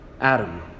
Adam